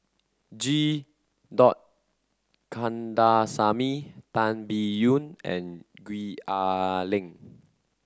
G Kandasamy Tan Biyun and Gwee Ah Leng